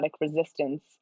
resistance